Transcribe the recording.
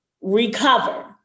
recover